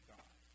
God